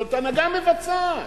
זאת הנהגה מבצעת,